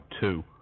two